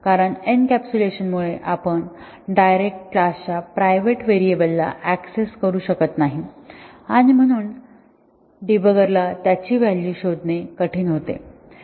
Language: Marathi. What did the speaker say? कारण एनकॅप्सुलेशन मुळे आपण डायरेक्ट क्लासच्या प्रायव्हेट व्हेरिएबलला ऍक्सेस करू शकत नाही आणि म्हणून डी बगर ला त्याची व्हॅलू शोधणे कठीण होईल